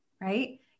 right